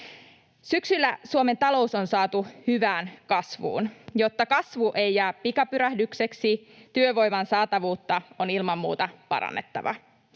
Syksyllä Suomen talous on saatu hyvään kasvuun. Jotta kasvu ei jää pikapyrähdykseksi, työvoiman saatavuutta on ilman muuta parannettava.